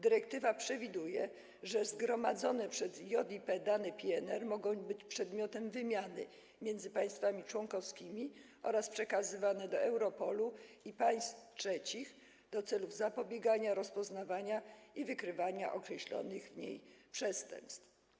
Dyrektywa przewiduje, że zgromadzone przez JIP dane PNR mogą być przedmiotem wymiany między państwami członkowskimi oraz przekazywane do Europolu i państw trzecich w celu zapobiegania, rozpoznawania i wykrywania określonych w niej przestępstw.